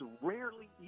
rarely